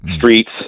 streets